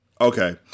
Okay